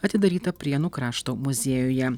atidaryta prienų krašto muziejuje